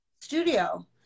studio